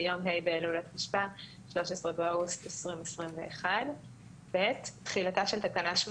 ביום ה' באלול התשפ"א (13 באוגוסט 2021). תחילתה של תקנה 8